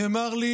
נאמר לי: